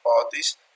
parties